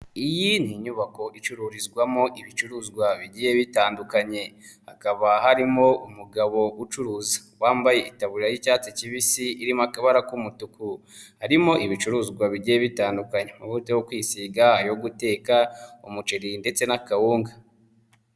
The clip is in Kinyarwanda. Iyi ni inyubako icururizwamo ibicuruzwa bigiye bitandukanye hakaba harimo umugabo ucuruza wambaye itaburiya y'icyatsi kibisi irimo akabara k'umutuku, harimo ibicuruzwa bigiye bitandukanye amavuta yo kwisiga ayo guteka, umuceri ndetse n'akawunga.